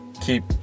keep